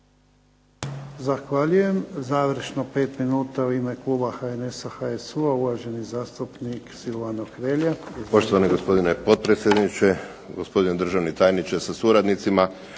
Zahvaljujem. Završno 5 minuta u ime kluba HNS-a, HSU-a uvaženi zastupnik Silvano Hrelja.